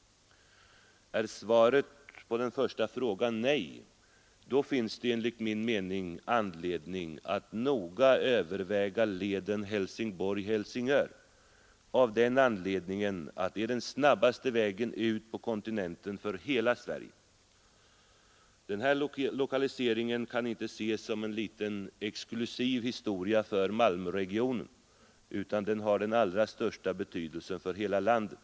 Är svaret på den första frågan nej, så finns det enligt min mening anledning att noga överväga leden Helsingborg—Helsingör, av den Nr 126 anledningen att det är den snabbaste vägen ut på kontinenten för hela Sverige. / TFN Å G firad 29 HpvemberAi972 Den här lokaliseringen kan inte ses som en liten exklusiv historia för —— Malmöregionen, utan den har den allra största betydelse för hela landet.